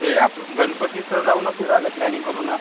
ते आपण गणपतीत जाऊ नं फिरायला प्लॅनिंग करू ना